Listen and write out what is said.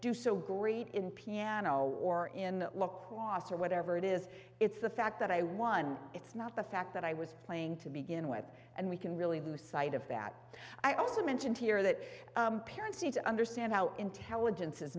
do so great in piano or in la crosse or whatever it is it's the fact that i won it's not the fact that i was playing to begin with and we can really lose sight of that i also mentioned here that parents need to understand how intelligence is